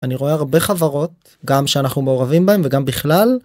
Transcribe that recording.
אני רואה הרבה חברות, גם שאנחנו מעורבים בהן וגם בכלל.